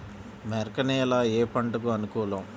మెరక నేల ఏ పంటకు అనుకూలం?